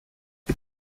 jag